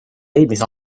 eelmise